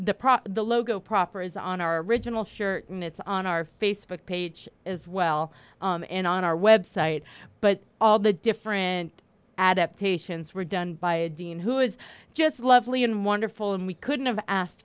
prop the logo proper is on our original shirt and it's on our facebook page as well and on our website but all the different adaptations were done by a dean who is just lovely and wonderful and we couldn't have asked